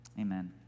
Amen